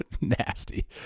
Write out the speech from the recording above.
nasty